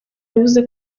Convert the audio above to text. yavuze